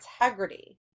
integrity